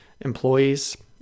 employees